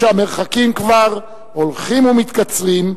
אף-על-פי שהמרחקים כבר הולכים ומתקצרים,